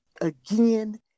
again